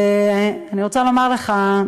ואני רוצה לומר לך,